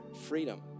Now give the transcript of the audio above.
freedom